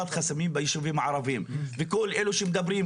חסמים בישובים הערבים וכל אלה שמדברים,